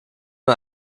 man